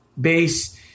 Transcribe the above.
base